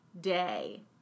day